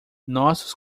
nossos